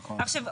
עכשיו,